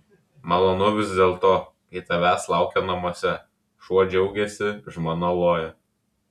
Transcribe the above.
malonu vis dėlto kai tavęs laukia namuose šuo džiaugiasi žmona loja